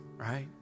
right